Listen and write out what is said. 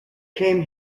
came